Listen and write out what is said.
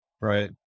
right